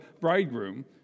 bridegroom